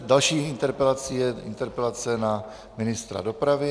Další interpelací je interpelace na ministra dopravy.